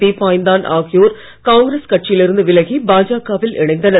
தீப்பாய்ந்தான் ஆகியோர் காங்கிரஸ் கட்சியில் இருந்து விலகி பாஜகவில் இணைந்தனர்